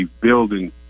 building